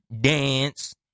dance